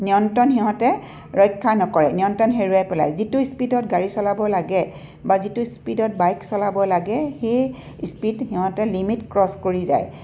নিয়ন্ত্ৰণ সিহঁতে ৰক্ষা নকৰে নিয়ন্ত্ৰণ হেৰুৱাই পেলায় যিটো স্পিডত গাড়ী চলাব লাগে বা যিটো স্পিডত বাইক চলাব লাগে সেই স্পিড সিহঁটে লিমিট ক্ৰছ কৰি যায়